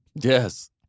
Yes